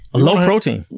low protein. yeah.